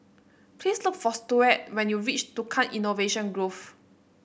please look for Stuart when you reach Tukang Innovation Grove